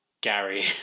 Gary